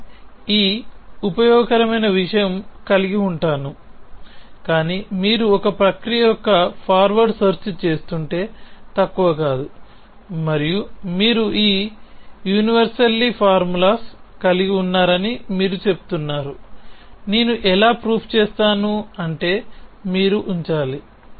నేను ఈ ఉపయోగకరమైన విషయం కలిగి ఉంటాను కాని మీరు ఒక ప్రక్రియ యొక్క ఫార్వర్డ్ సెర్చ్ చేస్తుంటే తక్కువ కాదు మరియు మీరు ఈ విశ్వవ్యాప్త సూత్రాలన్నింటినీ కలిగి ఉన్నారని మీరు చెప్తున్నారు నేను ఎలా ప్రూఫ్ చేస్తాను అంటే మీరు ఉంచాలి